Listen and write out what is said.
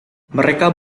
mereka